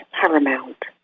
paramount